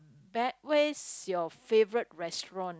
bat where's your favourite restaurant